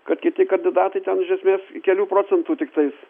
kad kiti kandidatai ten iš esmės kelių procentų tiktais